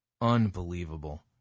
Unbelievable